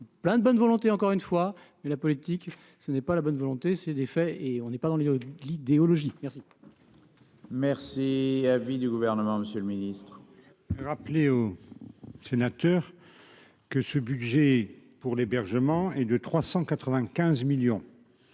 plein de bonne volonté, encore une fois, mais la politique ce n'est pas la bonne volonté, c'est des faits et on n'est pas dans les l'idéologie merci. Merci à vie du gouvernement Monsieur le Ministre. Rappeler aux sénateurs que ce budget pour l'hébergement et de 395 millions